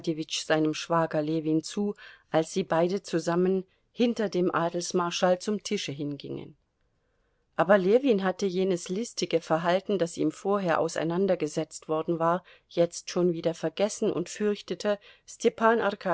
seinem schwager ljewin zu als sie beide zusammen hinter dem adelsmarschall zum tische hingingen aber ljewin hatte jenes listige verhalten das ihm vorher auseinandergesetzt worden war jetzt schon wieder vergessen und fürchtete stepan